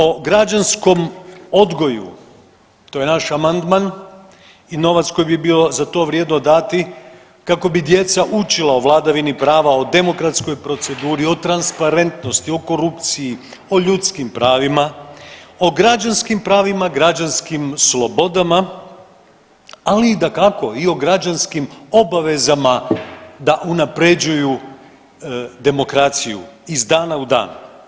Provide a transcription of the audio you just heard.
O građanskom odgoju, to je naš amandman i novac koji bi za to bilo vrijedno dati kako bi djeca učila o vladavini prava o demokratskoj proceduri, o transparentnosti, o korupciji, o ljudskim pravima, o građanskim pravima, građanskim slobodama, ali i dakako i o građanskim obavezama da unapređuju demokraciju iz dana u dan.